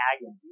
agony